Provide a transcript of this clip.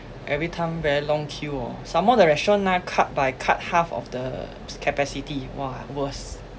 every time very long queue hor some the restaurant now cut by cut half of the capacity !wah! worse